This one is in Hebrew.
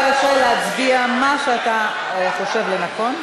אתה רשאי להצביע מה שאתה חושב לנכון.